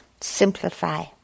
simplify